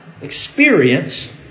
experience